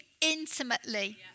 intimately